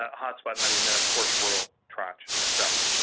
ah hot spot money and then of course rural tranche itself.